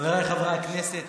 חבריי חברי הכנסת,